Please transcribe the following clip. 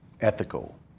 ethical